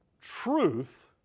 truth